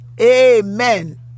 Amen